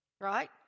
right